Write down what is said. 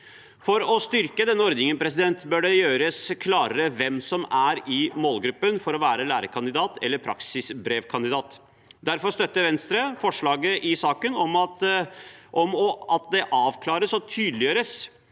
For å styrke denne ordningen bør det gjøres klarere hvem som er i målgruppen for å være lærekandidat eller praksisbrevkandidat. Derfor støtter Venstre forslaget i saken om at det avklares og tydeliggjøres